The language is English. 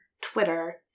Twitter